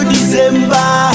December